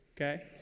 okay